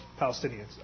Palestinians